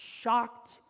shocked